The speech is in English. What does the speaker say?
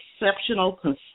exceptional